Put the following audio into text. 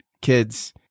kids